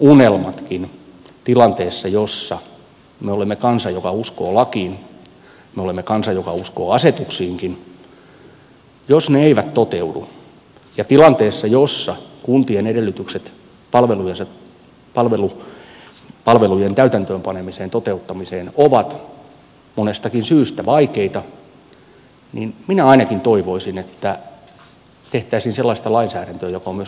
jos puheet tavoitteet unelmat me olemme kansa joka uskoo lakiin me olemme kansa joka uskoo asetuksiinkin eivät toteudu tilanteessa jossa kuntien edellytykset palvelujen täytäntöönpanemiseen toteuttamiseen ovat monestakin syystä vaikeita niin minä ainakin toivoisin että tehtäisiin sellaista lainsäädäntöä joka on mahdollista myös toteuttaa